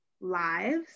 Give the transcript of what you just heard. lives